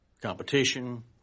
competition